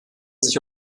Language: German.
sich